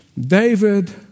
David